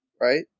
right